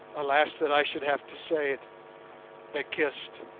alas that i should have to say it they kissed.